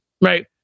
Right